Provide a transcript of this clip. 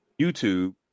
YouTube